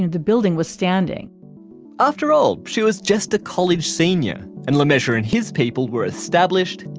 the building was standing after all, she was just a college senior and lemessurier and his people were established,